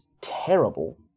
terrible